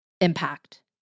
impact